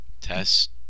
test